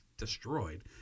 Destroyed